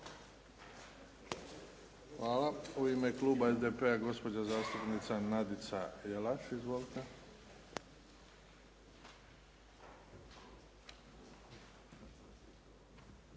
Hvala. U ime kluba SDP-a gospođa zastupnica Nadica Jelaš. Izvolite. **Jelaš,